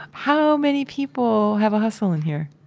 how many people have a hustle in here?